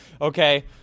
okay